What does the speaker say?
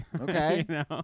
Okay